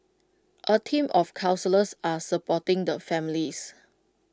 A team of counsellors are supporting the families